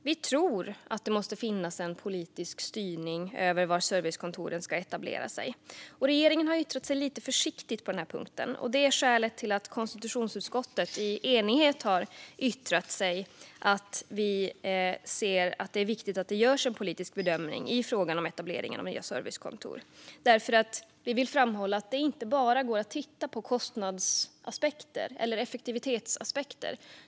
Vi tror att det måste finnas en politisk styrning över var servicekontoren ska etablera sig. Regeringen har yttrat sig lite försiktigt på den här punkten. Det är skälet till att vi i konstitutionsutskottet i enighet har yttrat att vi ser det som viktigt att det görs en politisk bedömning i frågan om etablering av nya servicekontor. Vi vill framhålla att det inte går att bara titta på kostnads och effektivitetsaspekter.